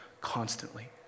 constantly